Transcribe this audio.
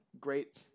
Great